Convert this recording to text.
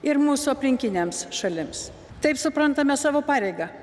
ir mūsų aplinkinėms šalims taip suprantame savo pareigą